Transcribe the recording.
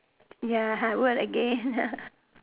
ya ha work again